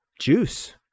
juice